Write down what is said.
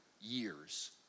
years